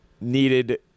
needed